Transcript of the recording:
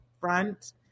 front